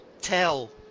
tell